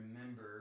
remember